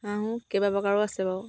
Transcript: হাঁহো কেইবাপ্ৰকাৰৰো আছে বাৰু